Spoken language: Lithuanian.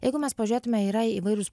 jeigu mes pažiūrėtume yra įvairūs